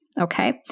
okay